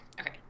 okay